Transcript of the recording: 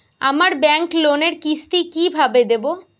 আমার ব্যাংক লোনের কিস্তি কি কিভাবে দেবো?